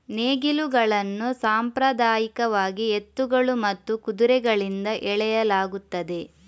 ನೇಗಿಲುಗಳನ್ನು ಸಾಂಪ್ರದಾಯಿಕವಾಗಿ ಎತ್ತುಗಳು ಮತ್ತು ಕುದುರೆಗಳಿಂದ ಎಳೆಯಲಾಗುತ್ತದೆ